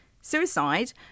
suicide